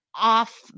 off